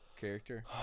character